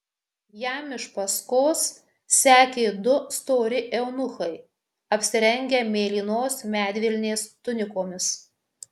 jam iš paskos sekė du stori eunuchai apsirengę mėlynos medvilnės tunikomis